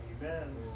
Amen